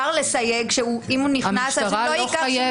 לסייג ולומר שאם הוא נכנס, הוא לא ייקח שום